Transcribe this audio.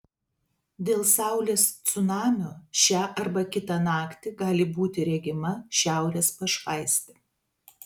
dėl saulės cunamio šią arba kitą naktį gali būti regima šiaurės pašvaistė